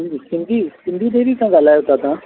सिंधी सिंधी डेरी सां ॻाल्हायो था तव्हां